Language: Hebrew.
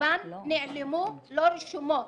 שרובן נעלמו, לא רשומות.